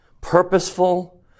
purposeful